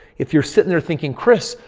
if you're sitting there thinking, kris,